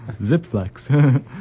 Zipflex